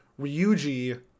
ryuji